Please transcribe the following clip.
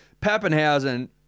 Pappenhausen